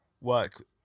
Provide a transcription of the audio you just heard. work